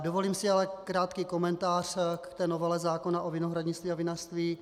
Dovolím si ale krátký komentář k té novele zákona o vinohradnictví a vinařství.